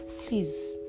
please